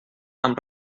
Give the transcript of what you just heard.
amb